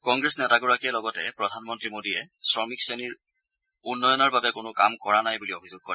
কংগ্ৰেছ নেতাগৰাকীয়ে লগতে প্ৰধানমন্ত্ৰী মোদীয়ে কৰ্মীজীৱি লোকসকলৰ উন্নয়নৰ বাবে কোনো কাম কৰা নাই বুলি অবিযোগ কৰে